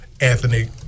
Anthony